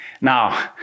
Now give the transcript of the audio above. Now